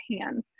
hands